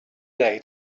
day